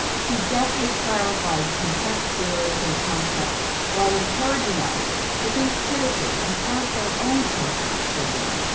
he deathly clarifies complex theories and concepts while encouraging us to think critically and ask our own questions, said one.